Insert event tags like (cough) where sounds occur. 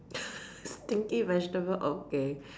(laughs) stinky vegetable okay